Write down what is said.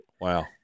Wow